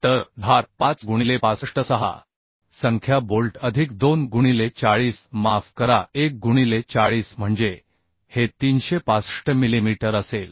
तर धार 5 गुणिले 65 6 संख्या बोल्ट अधिक 2 गुणिले 40 माफ करा 1 गुणिले 40 म्हणजे हे 365 मिलीमीटर असेल